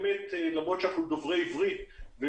למרות שאנחנו דוברי עברית,